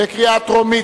התש"ע 2009,